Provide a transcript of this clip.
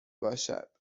باشد